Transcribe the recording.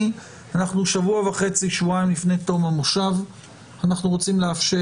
אנחנו שבועיים לפני תום המושב ואנחנו רוצים להביא